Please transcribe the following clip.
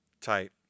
Tight